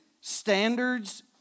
standards